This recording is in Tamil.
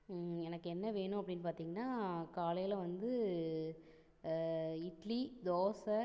எனக்கு என்ன வேணும் அப்படின்னு பார்த்தீங்கனா காலையில் வந்து இட்லி தோசை